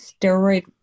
steroid